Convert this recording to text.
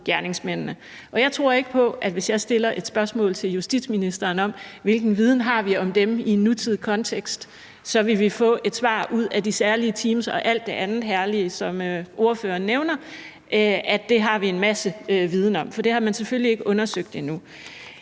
Jeg tror ikke på, at vi, hvis jeg stiller et spørgsmål til justitsministeren om, hvilken viden vi har om dem i en nutidig kontekst, ville få et svar ud af de særlige teams og alt det andet herlige, som ordføreren nævner, altså at det har vi en masse viden om. For det har man selvfølgelig ikke undersøgt endnu.